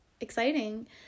exciting